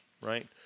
right